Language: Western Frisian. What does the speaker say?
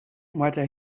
moatte